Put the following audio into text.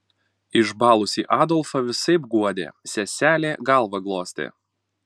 išbalusį adolfą visaip guodė seselė galvą glostė